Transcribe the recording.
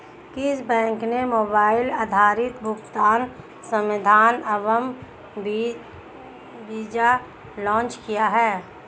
किस बैंक ने मोबाइल आधारित भुगतान समाधान एम वीज़ा लॉन्च किया है?